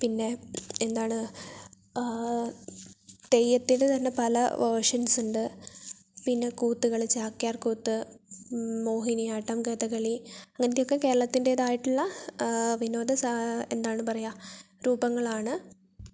പിന്നെ എന്താണ് തെയ്യത്തിനു തന്നെ പല വേർഷൻസ് ഉണ്ട് പിന്നെ കൂത്തുകളി ചാക്യാർ കൂത്ത് മോഹിനിയാട്ടം കഥകളി അങ്ങനത്തെയൊക്കെ കേരളത്തിന്റേതായിട്ടുള്ള വിനോദ എന്താ പറയുക രൂപങ്ങളാണ്